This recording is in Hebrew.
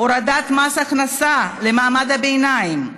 הורדת מס הכנסה למעמד הביניים,